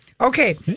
Okay